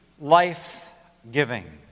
life-giving